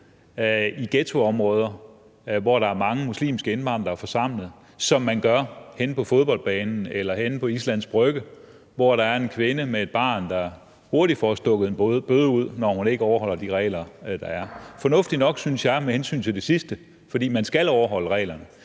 i ghettoområder, hvor der er mange muslimske indvandrere forsamlet, som man gør henne på fodboldbanen eller på Islands Brygge, hvor en kvinde med et barn hurtigt får stukket en bøde ud, når hun ikke overholder de regler, der er. Det er fornuftigt nok, synes jeg, med hensyn til det sidste, fordi man skal overholde reglerne.